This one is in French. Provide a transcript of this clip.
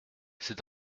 c’est